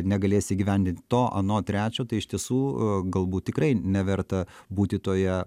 negalėsi įgyvendint to ano trečio tai iš tiesų galbūt tikrai neverta būti toje